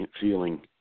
feeling